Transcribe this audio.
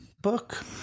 book